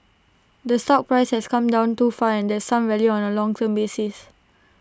the stock price has come down too far and there's some value on A long term basis